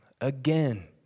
again